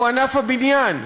ענף הבניין,